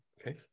okay